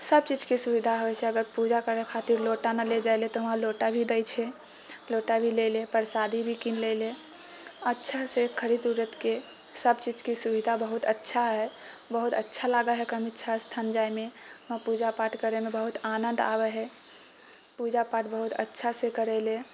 सबचीजके सुविधा होइ छै अगर पूजा करै खातिर लोटा नहि ले जाइले तऽ वहाँ लोटा भी दै छै लोटा भी लैले प्रसादी भी किन लैले अच्छासँ खरीद उरीद के सबचीजके सुविधा बहुत अच्छा है बहुत अच्छा लागै है कामेच्छा स्थान जायमे वहाँ पूजा पाठ करैमे बहुत आनन्द आबै है पूजा पाठ बहुत अच्छासँ करैले